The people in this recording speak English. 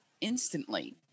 instantly